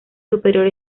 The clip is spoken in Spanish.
superior